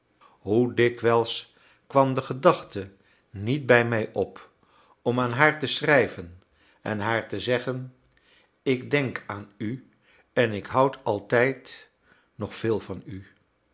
hoe dikwijls kwam de gedachte niet bij mij op om aan haar te schrijven en haar te zeggen ik denk aan u en ik houd altijd nog veel van u